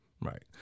Right